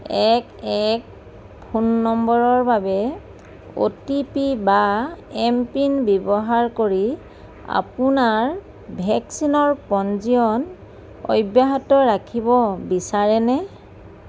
এক এক ফোন নম্বৰৰ বাবে অ' টি পি বা এমপিন ব্যৱহাৰ কৰি আপোনাৰ ভেকচিনৰ পঞ্জীয়ন অব্যাহত ৰাখিব বিচাৰেনে